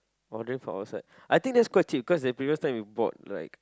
order from outside I think that's quite cheap cause the previous time we bought like